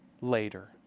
later